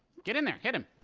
get in there, hit him!